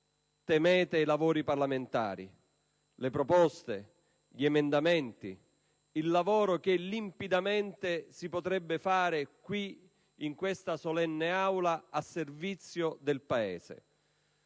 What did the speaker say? temete i lavori parlamentari, le proposte, gli emendamenti e tutto il lavoro che limpidamente si potrebbe fare qui in questa solenne Aula al servizio del Paese.